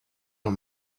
him